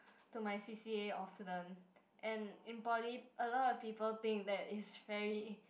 to my C_C_A often and in poly a lot of people think that is very